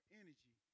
energy